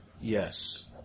Yes